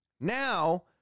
Now